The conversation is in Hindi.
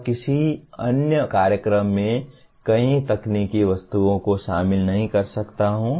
और किसी अन्य कार्यक्रम में मैं कई तकनीकी वस्तुओं को शामिल नहीं कर सकता हूं